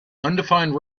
undefined